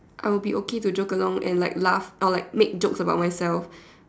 I would be okay to joke along and like laugh I would like make joke about myself